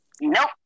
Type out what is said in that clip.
Nope